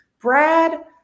Brad